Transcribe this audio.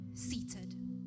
seated